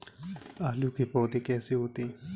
आलू के पौधे कैसे होते हैं?